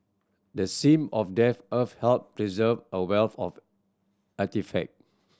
the seam of damp earth helped preserve a wealth of artefact